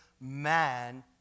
man